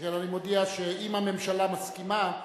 שכן אני מודיע שאם הממשלה מסכימה,